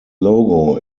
logo